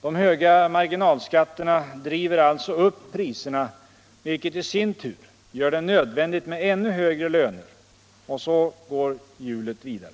De höga marginalskatterna driver alltså upp priserna, vilket i sin tur gör det nödvändigt med ännu högre löner — och så snurrar hjulet vidare.